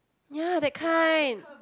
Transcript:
ya that kind